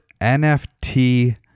NFT